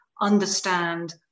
understand